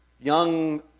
young